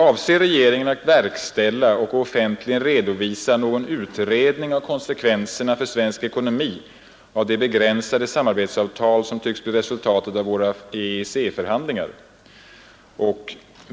Avser regeringen att verkställa och offentligen redovisa någon utredning av konsekvenserna för svensk ekonomi av det begränsade samarbetsavtal som tycks bli resultatet av våra EEC-förhandlingar?